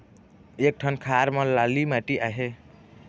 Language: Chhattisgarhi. एक ठन खार म लाली माटी आहे?